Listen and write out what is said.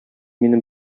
мине